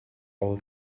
all